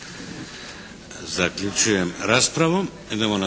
Zaključujem raspravu.